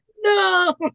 no